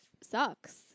sucks